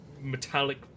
metallic